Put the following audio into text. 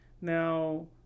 Now